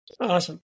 Awesome